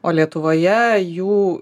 o lietuvoje jų